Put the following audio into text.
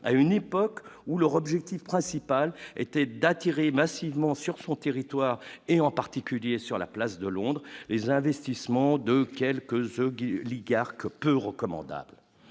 à une époque où leur objectif principal était d'attirer massivement sur son territoire, et en particulier sur la place de Londres, les investissements de quelques Ligue peu recommandables